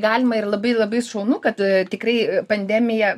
galima ir labai labai šaunu kad tikrai pandemija